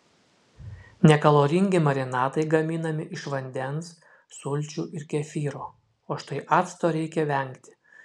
nekaloringi marinatai gaminami iš vandens sulčių ir kefyro o štai acto reikia vengti